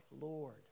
Lord